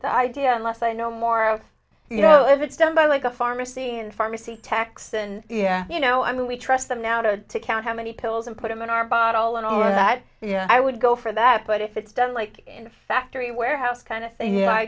the idea unless i know more about you know if it's done by like a pharmacy and pharmacy techs and yeah you know i mean we trust them now to count how many pills and put them in our bottle and over that yeah i would go for that but if it's done like in a factory warehouse kind of thing